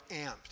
amped